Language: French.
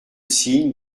signe